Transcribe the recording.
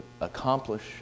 accomplish